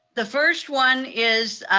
the first one is